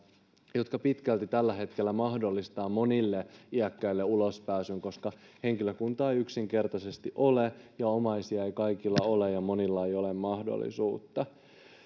jotka pitkälti tällä hetkellä mahdollistavat monille iäkkäille ulospääsyn koska henkilökuntaa ei yksinkertaisesti ole ja omaisia ei kaikilla ole ja monilla ei ole mahdollisuutta